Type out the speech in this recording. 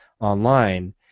online